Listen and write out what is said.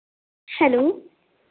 hello